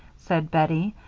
said bettie,